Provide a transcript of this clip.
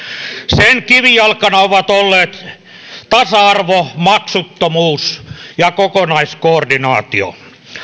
sen kivijalkana ovat olleet tasa arvo maksuttomuus ja kokonaiskoordinaatio